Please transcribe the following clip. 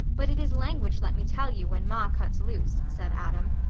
but it is language let me tell you, when ma cuts loose, said adam.